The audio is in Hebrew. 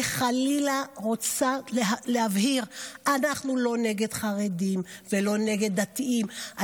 אני רוצה להבהיר: אנחנו לא נגד חרדים ולא נגד דתיים,